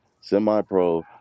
semi-pro